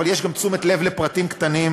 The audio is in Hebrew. אבל יש גם תשומת לב לפרטים קטנים,